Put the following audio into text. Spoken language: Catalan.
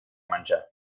menjar